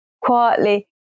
quietly